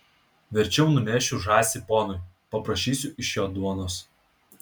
verčiau nunešiu žąsį ponui paprašysiu iš jo duonos